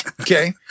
Okay